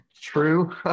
true